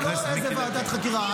ודאי שהיא מכירה,